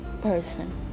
person